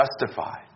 justified